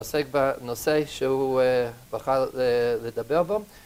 עוסק בנושא שהוא בחר לדבר בו